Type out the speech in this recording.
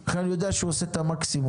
אני יודע שהוא עושה את המקסימום.